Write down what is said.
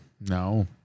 no